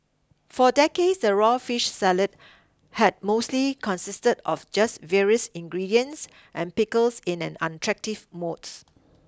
for decades the raw fish salad had mostly consisted of just various ingredients and pickles in an unattractive modes